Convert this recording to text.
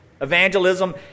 Evangelism